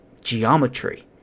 geometry